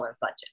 budget